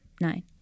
nine